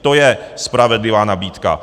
To je spravedlivá nabídka.